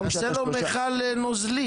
תניח לו מיכל נוזלי